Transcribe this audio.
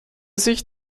sich